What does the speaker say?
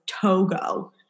Togo